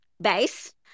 base